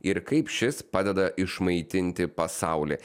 ir kaip šis padeda išmaitinti pasaulį